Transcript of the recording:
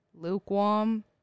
lukewarm